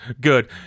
good